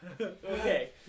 Okay